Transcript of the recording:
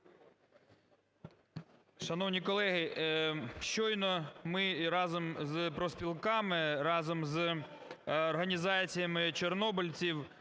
Шановні колеги, щойно ми разом з профспілками, разом з організаціями чорнобильців,